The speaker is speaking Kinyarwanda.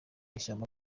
ishyamba